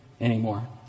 anymore